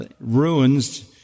ruins